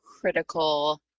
critical